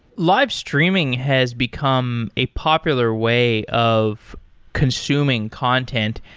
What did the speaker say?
live streaming has become a popular way of consuming content.